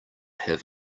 have